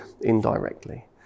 indirectly